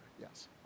yes